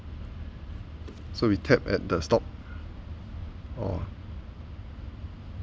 so we tap at the stop or